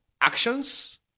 actions